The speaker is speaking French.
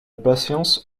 patience